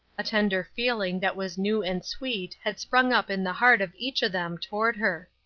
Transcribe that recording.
a tender feeling that was new and sweet had sprung up in the heart of each of them toward her.